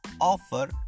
offer